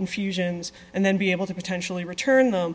infusions and then be able to potentially return them